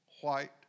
white